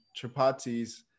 chapatis